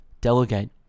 delegate